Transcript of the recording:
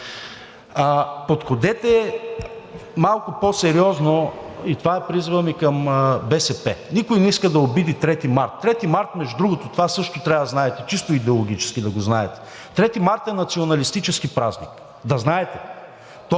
Подходете малко по-сериозно и това е призивът ми към БСП. Никой не иска да обиди 3 март. Трети март, между другото, това също трябва да знаете, чисто идеологически да го знаете, 3 март е националистически празник, да знаете,